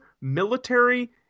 military